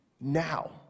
now